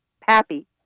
Pappy